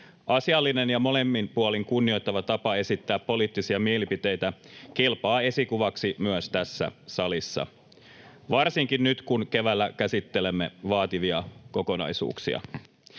Asiallinen ja molemmin puolin kunnioittava tapa esittää poliittisia mielipiteitä kelpaa esikuvaksi myös tässä salissa, varsinkin nyt, kun keväällä käsittelemme vaativia kokonaisuuksia.